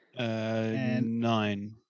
Nine